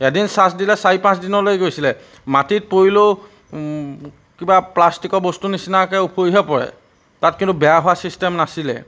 এদিন চাৰ্জ দিলে চাৰি পাঁচদিনলৈ গৈছিলে মাটিত পৰিলেও কিবা প্লাষ্টিকৰ বস্তু নিচিনাকৈ ওফৰিহে পৰে তাত কিন্তু বেয়া হোৱা ছিষ্টেম নাছিলে